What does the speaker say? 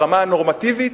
ברמה הנורמטיבית,